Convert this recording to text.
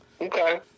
Okay